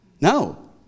No